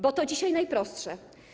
Bo to dzisiaj najprostsze.